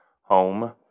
home